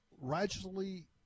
rationally